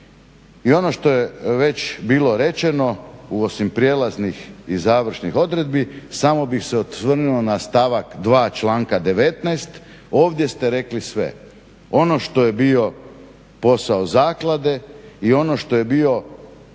I ono što je već bilo rečeno osim prijelaznih i završnih odredbi samo bih se osvrnuo na stavak 2. članka 19. – ovdje ste rekli sve. Ono što je bio posao zaklade i ono što je bio,